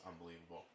unbelievable